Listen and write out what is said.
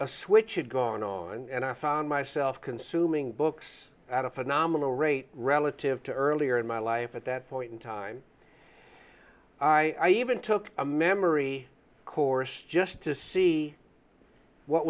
a switch had gone on and i found myself consuming books at a phenomenal rate relative to earlier in my life at that point in time i even took a memory course just to see what